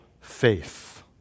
faith